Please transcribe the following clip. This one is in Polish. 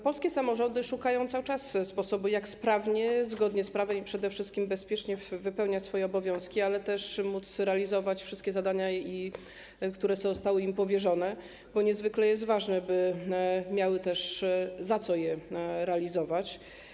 Polskie samorządy cały czas szukają sposobu, jak sprawnie, zgodnie z prawem i przede wszystkim bezpiecznie wypełniać swoje obowiązki, ale też móc realizować wszystkie zadania, które zostały im powierzone, bo niezwykle ważne jest, by miały za co je realizować.